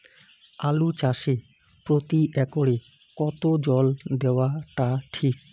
আলু চাষে প্রতি একরে কতো জল দেওয়া টা ঠিক?